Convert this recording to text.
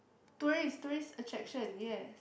tourist tourist attraction yes